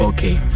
Okay